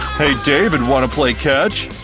hey, david, wanna play catch?